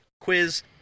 quiz